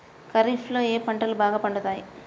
ఖరీఫ్లో ఏ పంటలు బాగా పండుతాయి?